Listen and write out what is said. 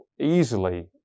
easily